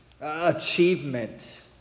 achievement